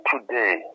today